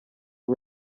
ubu